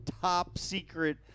top-secret